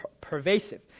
pervasive